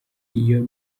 iyo